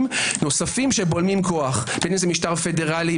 נוספים שבולמים כוח בין אם זה משטר פדרלי,